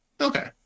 okay